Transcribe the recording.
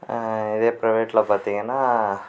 இதே பிரைவேட்டில் பார்த்தீங்கன்னா